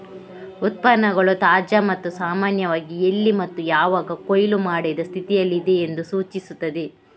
ಉತ್ಪನ್ನಗಳು ತಾಜಾ ಮತ್ತು ಸಾಮಾನ್ಯವಾಗಿ ಎಲ್ಲಿ ಮತ್ತು ಯಾವಾಗ ಕೊಯ್ಲು ಮಾಡಿದ ಸ್ಥಿತಿಯಲ್ಲಿದೆ ಎಂದು ಸೂಚಿಸುತ್ತದೆ